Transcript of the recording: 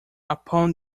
upon